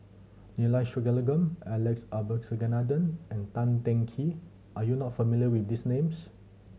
Neila Sathyalingam Alex Abisheganaden and Tan Teng Kee are you not familiar with these names